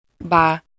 Bye